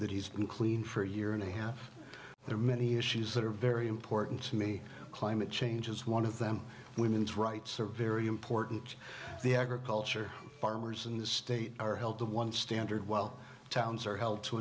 that he's been clean for a year and a half there are many issues that are very important to me climate change is one of them women's rights are very important the agriculture farmers in the state are held to one standard while towns are held to